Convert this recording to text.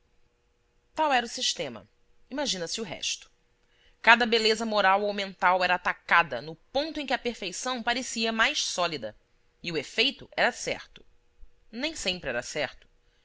tal era o sistema imagina se o resto cada beleza moral ou mental era atacada no ponto em que a perfeição parecia mais sólida e o efeito era certo nem sempre era certo